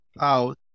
out